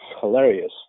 hilarious